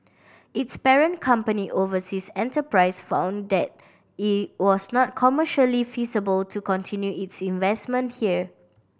its parent company Overseas Enterprise found that it was not commercially feasible to continue its investment here